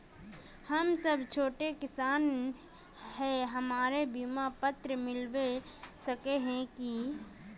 हम सब छोटो किसान है हमरा बिमा पात्र मिलबे सके है की?